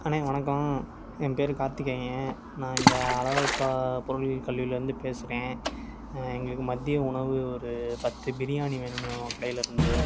அண்ணே வணக்கம் என் பேயரு கார்த்திகேயன் நான் இங்கே அழகப்பா பொறிளில் கல்லூரியில் இருந்து பேசுகிறன் எங்களுக்கு மதிய உணவு ஒரு பத்து பிரியாணி வேணும்ணே உங்கள் கடைலேருந்து